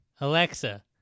Alexa